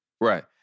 Right